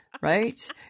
Right